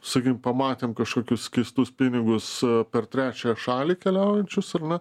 sakykim pamatėm kažkokius keistus pinigus per trečiąją šalį keliaujančius ar ne